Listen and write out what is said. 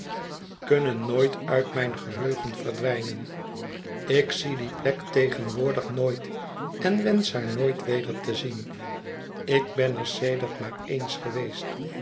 kunnen nooit uit mijn geheugen verdwijnen ik zie die plek tegenwoordig nooit en wensch haar nooit weder te zien ik ben er sedert maar eens geweest